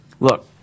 Look